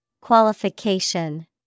Qualification